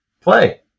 play